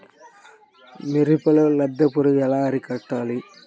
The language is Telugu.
మిరపలో లద్దె పురుగు ఎలా అరికట్టాలి?